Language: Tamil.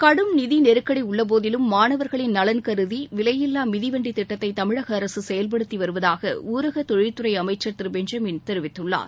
கடும் நிதிநெருக்கடி உள்ளபோதிலும் மாணவர்களின் நலன் கருதி விலையில்லா மிதிவண்டி திட்டத்தை தமிழக அரசு செயல்படுத்தி வருவதாக ஊரக தொழில்துறை அமைச்சர் திரு பென்ஜமின் தெரிவித்குள்ளார்